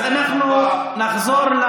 אל תתעסק איתו, תלמידים שלו, אז אנחנו נחזור,